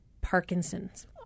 Parkinson's